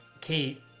Kate